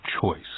choice